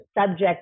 subject